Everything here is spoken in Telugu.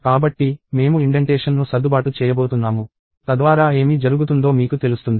కాబట్టి మేము ఇండెంటేషన్ను సర్దుబాటు చేయబోతున్నాము తద్వారా ఏమి జరుగుతుందో మీకు తెలుస్తుంది